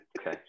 Okay